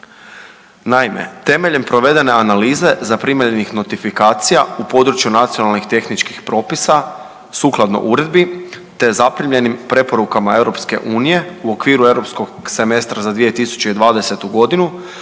Naime, temeljem provedene analize zaprimljenih notifikacija u području nacionalnih tehničkih propisa sukladno uredbi te zaprimljenim preporukama EU u okviru europskog